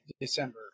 December